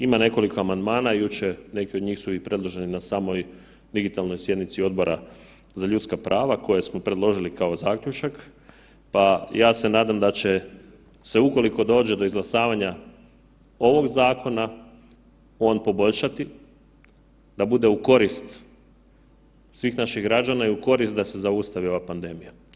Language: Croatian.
Ima nekoliko amandmana jučer, neki od njih su i predloženi na samoj digitalnoj sjednici Odbora za ljudska prava koja smo predložili kao zaključak, pa ja se nadam da će se ukoliko dođe do izglasavanja ovog zakona on poboljšati da bude u korist svih naših građana i u korist da se zaustavi ova pandemija.